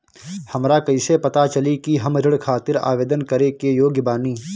हमरा कईसे पता चली कि हम ऋण खातिर आवेदन करे के योग्य बानी?